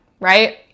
right